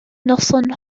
noson